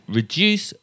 reduce